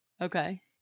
Okay